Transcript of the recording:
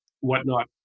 whatnot